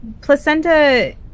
placenta